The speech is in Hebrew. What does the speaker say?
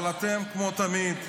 אבל אתם, כמו תמיד,